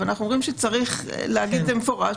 ואנחנו אומרים שצריך לומר במפורש,